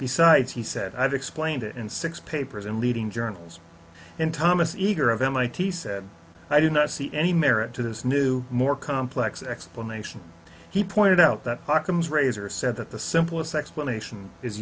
besides he said i've explained it in six papers and leading journals in thomas eagar of mit said i do not see any merit to this new more complex explanation he pointed out that ockham's razor said that the simplest explanation is